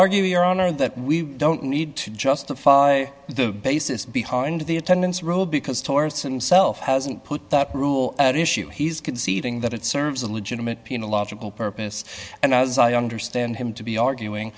argue your honor that we don't need to justify the basis behind the attendance role because torsen self hasn't put that rule at issue he's conceding that it serves a legitimate p and a logical purpose and as i understand him to be arguing